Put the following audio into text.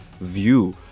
view